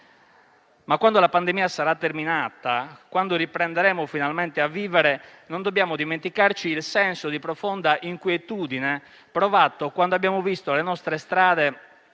Quando la pandemia sarà terminata e riprenderemo finalmente a vivere, non dobbiamo però dimenticarci il senso di profonda inquietudine provato quando abbiamo visto le nostre strade